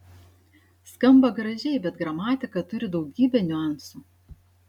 skamba gražiai bet gramatika turi daugybę niuansų